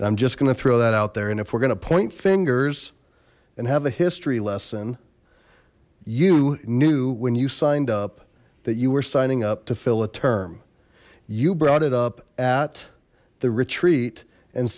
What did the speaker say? and i'm just gonna throw that out there and if we're gonna point fingers and have a history lesson you knew when you signed up that you were signing up to fill a term you brought it up at the retreat and